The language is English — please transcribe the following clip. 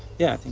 yeah, i think